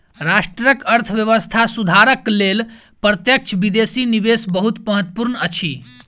राष्ट्रक अर्थव्यवस्था सुधारक लेल प्रत्यक्ष विदेशी निवेश बहुत महत्वपूर्ण अछि